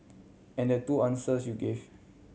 and the two answers you gave